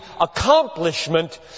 accomplishment